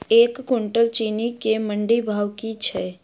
एक कुनटल चीनी केँ मंडी भाउ की छै?